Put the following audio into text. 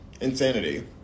Insanity